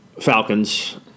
Falcons